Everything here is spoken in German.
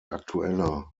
aktueller